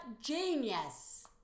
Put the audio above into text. genius